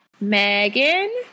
Megan